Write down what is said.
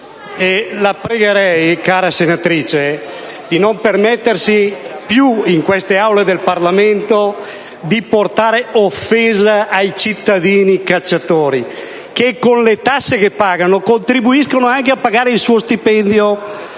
la pregherei, cara senatrice, di non permettersi più, in queste Aule del Parlamento, di portare offesa ai cittadini cacciatori che, con le tasse che pagano, contribuiscono a pagare anche il suo stipendio.